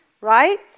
right